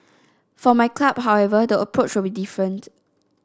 for my club however the approach will be different